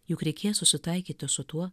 juk reikės susitaikyti su tuo